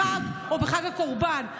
בחג או בחג הקורבן,